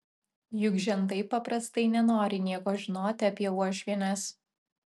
juk žentai paprastai nenori nieko žinoti apie uošvienes